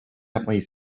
yapmayı